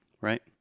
Right